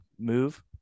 move